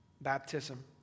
baptism